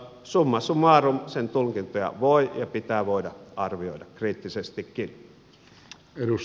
summa summarum sen tulkintoja voi ja pitää voida arvioida kriittisestikin